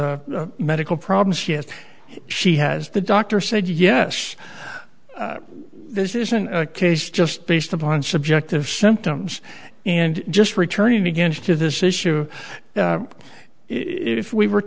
of medical problems yet she has the doctor said yes this isn't a case just based upon subjective symptoms and just returning begins to this issue if we were